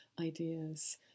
ideas